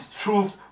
truth